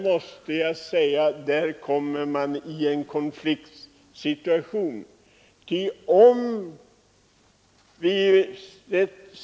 Man hamnar där i en konfliktsituation.